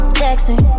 texting